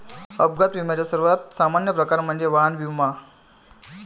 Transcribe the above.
अपघात विम्याचा सर्वात सामान्य प्रकार म्हणजे वाहन विमा